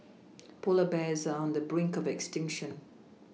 polar bears are on the brink of extinction